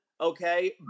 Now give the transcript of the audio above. okay